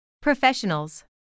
Professionals